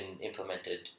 implemented